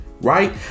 right